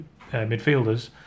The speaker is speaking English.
midfielders